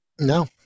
No